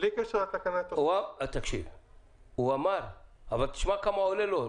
אבל תשמע כמה זה עולה לו,